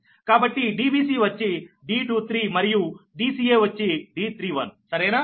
కాబట్టి Dbc వచ్చి D23 మరియు Dca వచ్చి D31 సరేనా